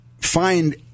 find